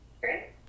Great